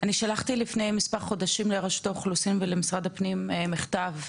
אני שלחתי לפני מספר חודשים לרשות האוכלוסין ולמשרד הפנים מכתב,